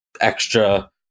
extra